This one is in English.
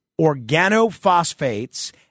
organophosphates